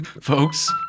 Folks